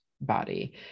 body